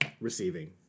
receiving